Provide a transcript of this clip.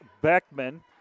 Beckman